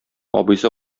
абыйсы